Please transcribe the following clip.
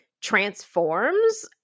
transforms